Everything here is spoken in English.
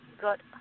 good